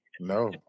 No